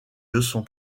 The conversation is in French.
leçons